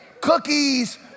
cookies